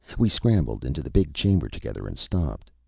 we scrambled into the big chamber together, and stopped.